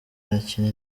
irakina